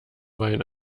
wein